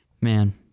Man